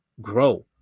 grow